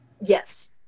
yes